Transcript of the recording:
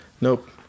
Nope